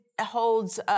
holds